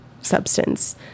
substance